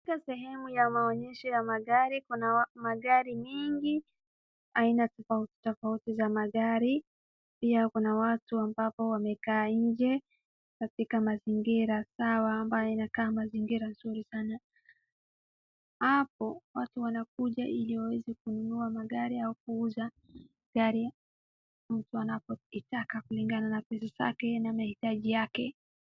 Katika sehemu ya maonyesho ya magari , kuna magari nyingi aina tofauti tofauti za magari . Pia kuna watu ambapo wamekaa nje katika mazingira sawa ambayo inakaa mazingira nzuri sana . Hapo watu wanakuja ili waweze kununua magari au kuuza gari mtu anapo taka kulingana na mahitaji yake.